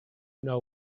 know